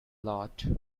lot